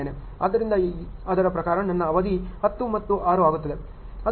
ಆದ್ದರಿಂದ ಅದರ ಪ್ರಕಾರ ನನ್ನ ಅವಧಿ 10 ಮತ್ತು 6 ಆಗುತ್ತದೆ ಅದು ಮತ್ತೆ 16 ಆಗಿದೆ